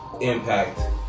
impact